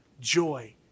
joy